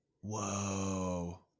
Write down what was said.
Whoa